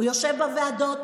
הוא יושב בוועדות